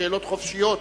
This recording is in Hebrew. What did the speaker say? שאלות חופשיות,